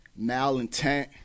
malintent